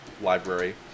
library